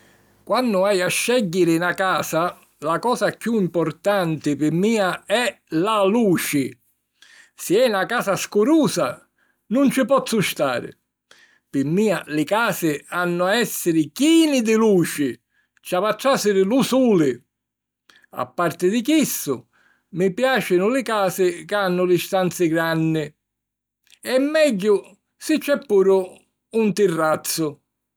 Quannu haju a scègghiri na casa, la cosa chiù importanti pi mia è la luci. Si è na casa scurusa, nun ci pozzu stari. Pi mia li casi hannu a èssiri chini di luci, ci havi a tràsiri lu suli. A parti di chissu, mi piàcinu li casi ca hannu li stanzi granni e megghiu si c'è puru un tirrazzu.